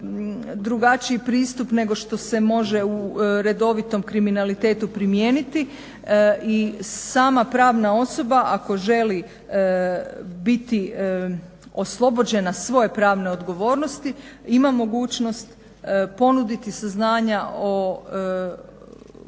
drugačiji pristup nego što se može u redovitom kriminalitetu primijeniti i sama pravna osoba ako želi biti oslobođena svoje pravne odgovornosti ima mogućnost ponuditi saznanja o sumnji